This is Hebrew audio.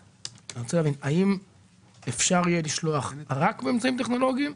האם אפשר יהיה לשלוח רק באמצעים טכנולוגיים?